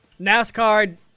NASCAR